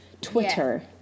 Twitter